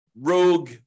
rogue